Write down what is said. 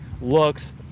looks